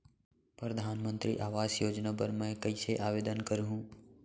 परधानमंतरी आवास योजना बर मैं कइसे आवेदन करहूँ?